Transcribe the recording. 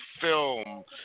film